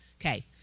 Okay